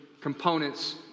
components